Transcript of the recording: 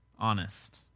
honest